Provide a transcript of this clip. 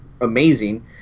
amazing